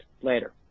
later